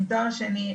עם תואר שני,